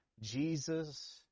Jesus